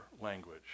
language